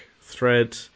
thread